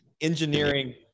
engineering